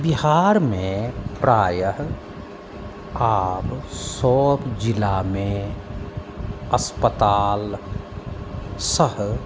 बिहारमे प्रायः आब सभ जिलामे अस्पताल सह